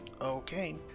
Okay